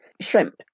shrimp